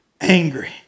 angry